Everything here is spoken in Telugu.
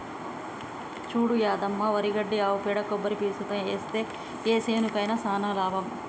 చూడు యాదమ్మ వరి గడ్డి ఆవు పేడ కొబ్బరి పీసుతో ఏస్తే ఆ సేనుకి సానా బలం